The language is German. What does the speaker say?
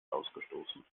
ausgestoßen